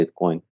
bitcoin